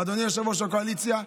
אדוני יושב-ראש הקואליציה,